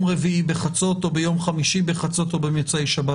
רביעי בחצות או ביום חמישי בחצות או במוצאי שבת.